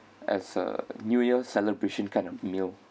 as a new year celebration kind of meal